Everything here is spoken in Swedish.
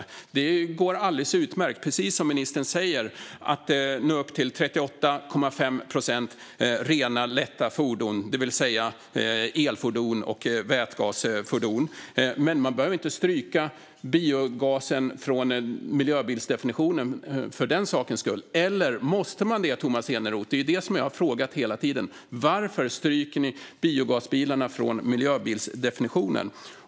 Precis som ministern säger går det alldeles utmärkt att nå upp till 38,5 procent rena lätta fordon, det vill säga elfordon och vätgasfordon. Men man behöver inte stryka biogasen från miljöbilsdefinitionen för den skull. Eller måste man det, Tomas Eneroth? Det är ju det jag har frågat hela tiden. Varför stryker ni biogasbilarna från miljöbilsdefinitionen?